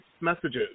messages